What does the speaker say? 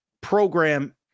program